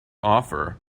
offer